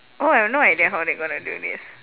oh I have no idea how they gonna do this